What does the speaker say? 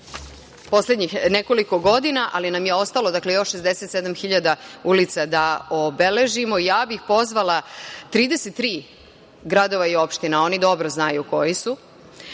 poslednjih nekoliko godina, ali nam je ostalo još 67.000 hiljada ulica da obeležeimo. Ja bih pozvala 33 gradova i opština, oni dobro znaju koji su,